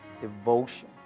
Devotion